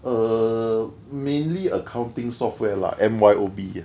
err mainly accounting software lah M_Y_O_B